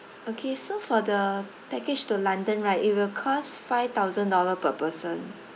okay so for the package to london right it will cost five thousand dollar per person